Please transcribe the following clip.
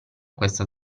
questa